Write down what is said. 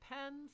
pens